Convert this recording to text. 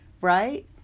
right